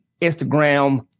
Instagram